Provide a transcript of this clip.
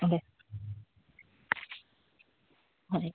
ᱚᱸᱰᱮ ᱦᱳᱭ